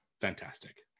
Fantastic